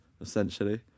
essentially